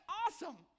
awesome